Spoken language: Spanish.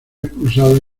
expulsado